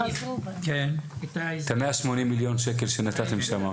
--- את ה-180 מיליון שקל שנתתם שם.